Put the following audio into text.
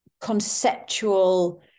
conceptual